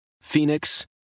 phoenix